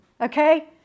okay